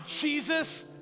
Jesus